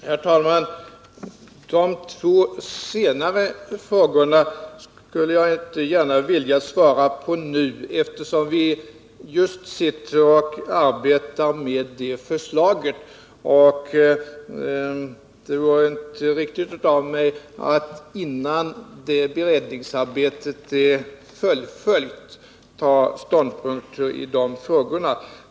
Herr talman! De två senare frågorna skulle jag inte gärna vilja svara på nu, eftersom vi f. n. arbetar med de förslagen. Det vore inte riktigt av mig att innan det beredningsarbetet är fullföljt ta ståndpunkt i de frågorna.